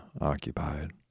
occupied